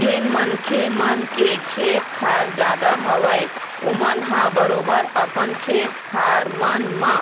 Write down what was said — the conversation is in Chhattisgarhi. जेन मनखे मन के खेत खार जादा हवय ओमन ह बरोबर अपन खेत खार मन म